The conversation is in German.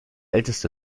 älteste